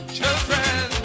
Children